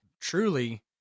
truly